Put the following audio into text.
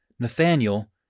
Nathaniel